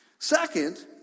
Second